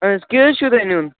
اَہَن حظ کیٛاہ حظ چھُو تۄہہِ ہٮ۪ون